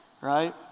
right